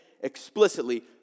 explicitly